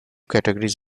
categories